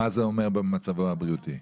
מה זה אומר במצבו הבריאותי?